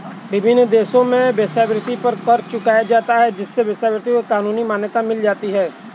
विभिन्न देशों में वेश्यावृत्ति पर कर चुकाया जाता है जिससे वेश्यावृत्ति को कानूनी मान्यता मिल जाती है